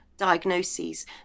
diagnoses